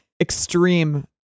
extreme